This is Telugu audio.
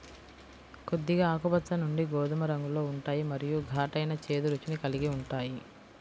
కొద్దిగా ఆకుపచ్చ నుండి గోధుమ రంగులో ఉంటాయి మరియు ఘాటైన, చేదు రుచిని కలిగి ఉంటాయి